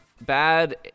bad